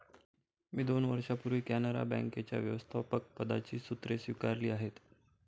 मी दोन वर्षांपूर्वी कॅनरा बँकेच्या व्यवस्थापकपदाची सूत्रे स्वीकारली आहेत